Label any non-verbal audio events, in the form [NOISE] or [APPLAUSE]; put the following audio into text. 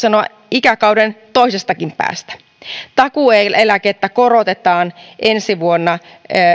[UNINTELLIGIBLE] sanoa ikäkauden toisestakin päästä takuueläkettä korotetaan ensi vuonna